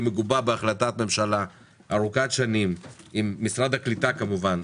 מגובה בהחלטת ממשלה ארוכת שנים עם משרד הקליטה כמובן,